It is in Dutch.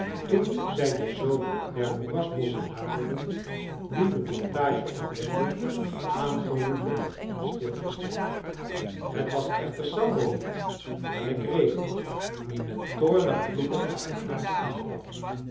toen zij den zoom der moerasbosschen naderden die de plantage omringden aangeroepen om stil te staan het was echter sambo niet maar legree die met toornig vloeken achter haar aankwam